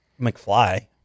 McFly